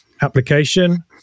application